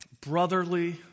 brotherly